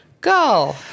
Go